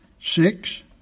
Six